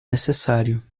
necessário